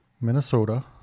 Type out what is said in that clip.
Minnesota